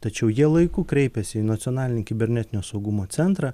tačiau jie laiku kreipėsi į nacionalinį kibernetinio saugumo centrą